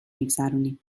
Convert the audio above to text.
میگذرونیم